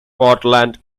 portland